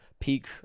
peak